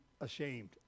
ashamed